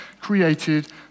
created